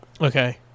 okay